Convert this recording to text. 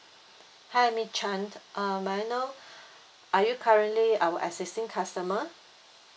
hi mei chan um may I know are you currently our existing customer